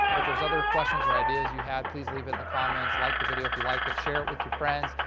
if there's other questions or ideas you have, please leave it in the comments, like the video if you like it, share it with your friends,